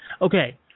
Okay